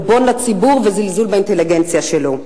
הוא עלבון לציבור וזלזול באינטליגנציה שלו.